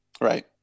right